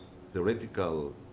theoretical